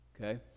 Okay